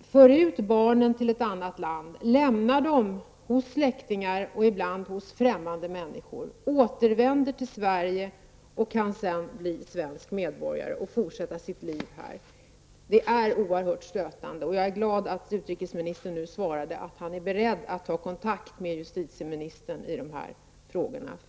-- för ut barnen till ett annat land, lämnar dem hos släktingar och ibland hos främmande människor, återvänder till Sverige och sedan kan bli svenska medborgare och fortsätta sitt liv här. Detta är oerhört stötande, och jag är glad att utrikesministern nu sade att han är beredd att ta kontakt med justitieministern i de här frågorna.